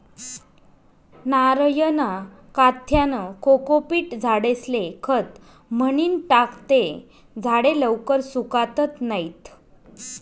नारयना काथ्यानं कोकोपीट झाडेस्ले खत म्हनीन टाकं ते झाडे लवकर सुकातत नैत